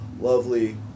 lovely